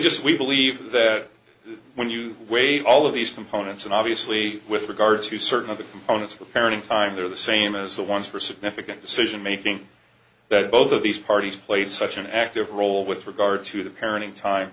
just we believe that when you wait all of these components and obviously with regard to certain other components for parenting time there are the same as the ones for significant decision making that both of these parties played such an active role with regard to the parenting time